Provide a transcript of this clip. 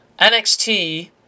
NXT